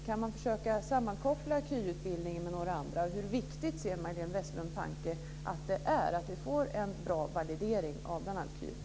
Kan man försöka sammankoppla KY med några andra utbildningar? Hur viktigt anser Majléne Westerlund Panke att det är att vi får en bra validering av bl.a.